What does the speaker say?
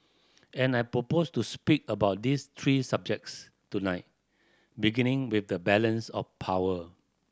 and I propose to speak about these three subjects tonight beginning with the balance of power